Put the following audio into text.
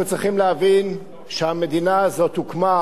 אנחנו צריכים להבין שהמדינה הזאת הוקמה